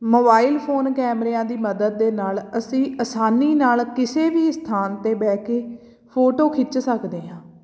mobile phone ਕੈਮਰਿਆਂ ਦੀ ਮਦਦ ਦੇ ਨਾਲ ਅਸੀਂ ਆਸਾਨੀ ਨਾਲ ਕਿਸੇ ਵੀ ਸਥਾਨ 'ਤੇ ਬਹਿ ਕੇ ਫੋਟੋ ਖਿੱਚ ਸਕਦੇ ਹਾਂ